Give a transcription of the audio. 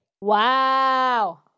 Wow